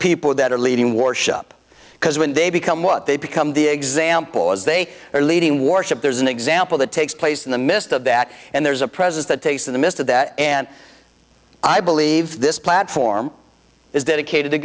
people that are leading warsh up because when they become what they become the example is they are leading warship there's an example that takes place in the midst of that and there's a presence that takes in the midst of that and i believe this platform is dedicated to